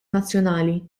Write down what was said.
nazzjonali